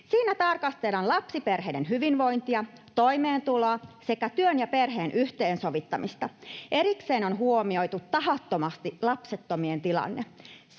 Siinä tarkastellaan lapsiperheiden hyvinvointia, toimeentuloa sekä työn ja perheen yhteensovittamista. Erikseen on huomioitu tahattomasti lapsettomien tilanne.